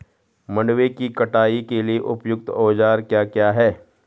मंडवे की कटाई के लिए उपयुक्त औज़ार क्या क्या हैं?